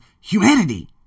humanity